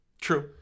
True